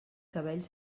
cabell